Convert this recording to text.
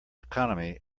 economy